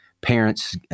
parents